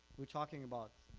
we're talking about